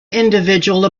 individual